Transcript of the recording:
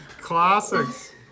Classics